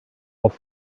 auf